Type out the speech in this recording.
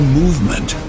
movement